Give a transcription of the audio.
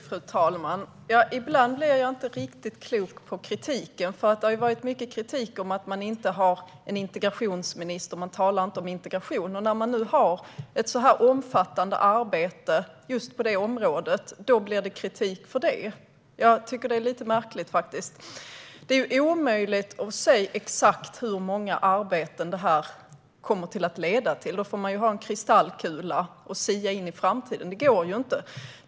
Fru talman! Ibland blir jag inte riktigt klok på kritiken. Det har varit mycket kritik mot att man inte har en integrationsminister och inte talar om integration. När man nu har ett så här omfattande arbete just på det området blir det kritik för det. Jag tycker att det är lite märkligt. Det är omöjligt att säga exakt hur många arbeten det här kommer att leda till. Ska man göra det behöver man ha en kristallkula för att sia in i framtiden. Det går inte.